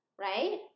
right